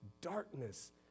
darkness